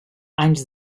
anys